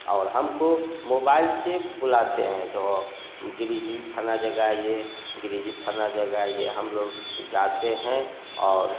और हमको मोबाइल से बुलाते हैं तो गिरी जी फला जगह आइए गिरी जी फला जगह आइए हम लोग जाते हैं और